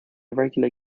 regular